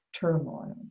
turmoil